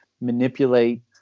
manipulate